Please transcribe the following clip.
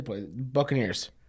Buccaneers